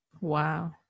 Wow